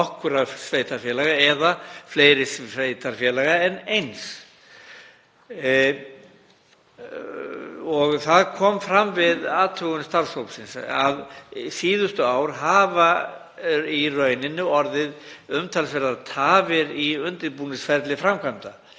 nokkurra sveitarfélaga eða fleiri sveitarfélaga en eins. Það kom fram við athugun starfshópsins að síðustu ár hafa orðið umtalsverðar tafir í undirbúningsferli framkvæmda